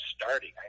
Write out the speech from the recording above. starting